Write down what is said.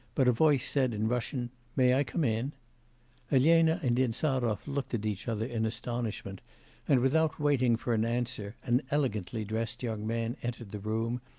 but a voice said in russian, may i come in elena and insarov looked at each other in astonishment and without waiting for an answer, an elegantly dressed young man entered the room,